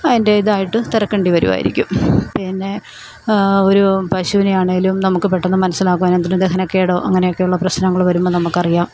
അതിൻ്റെ ഇതായിട്ട് തിരക്കേണ്ടി വരുവായിരിക്കും പിന്നേ ഒരു പശുവിനെയാണേലും നമുക്ക് പെട്ടെന്ന് മനസ്സിലാക്കുവാനും അതിന് ദഹനക്കേടോ അങ്ങനെയൊക്കെയുള്ള പ്രശ്നങ്ങള് വരുമ്പോൾ നമുക്ക് അറിയാം